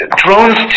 drones